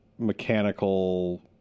mechanical